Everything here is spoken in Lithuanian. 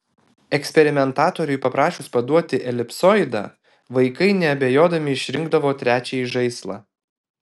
eksperimentatoriui paprašius paduoti elipsoidą vaikai neabejodami išrinkdavo trečiąjį žaislą